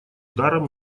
даром